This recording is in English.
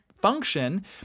function